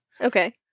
Okay